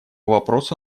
вопросу